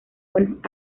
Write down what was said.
buenos